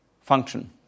function